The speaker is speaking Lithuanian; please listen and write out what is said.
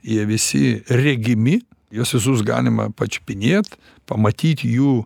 jie visi regimi juos visus galima pačiupinėt pamatyt jų